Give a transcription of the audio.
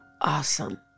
awesome